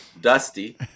dusty